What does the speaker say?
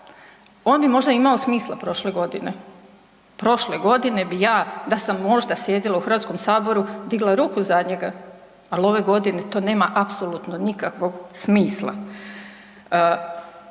on bi možda imao smisla prošle godine? Prošle godine bi ja da sam možda sjedila u Hrvatskom saboru digla ruku za njega. Ali ove godine to nema apsolutno nikakvog smisla.